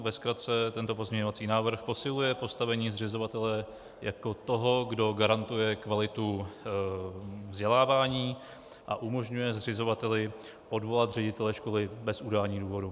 Ve zkratce, tento pozměňovací návrh posiluje postavení zřizovatele jako toho, kdo garantuje kvalitu vzdělávání, a umožňuje zřizovateli odvolat ředitele školy bez udání důvodu.